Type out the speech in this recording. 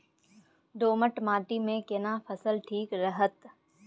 दोमट माटी मे केना फसल ठीक रहत?